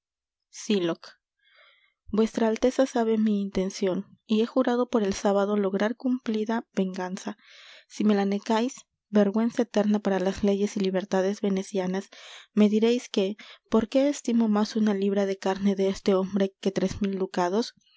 sylock vuestra alteza sabe mi intencion y he jurado por el sábado lograr cumplida venganza si me la negais vergüenza eterna para las leyes y libertades venecianas me direis que por qué estimo más una libra de carne de este hombre que tres mil ducados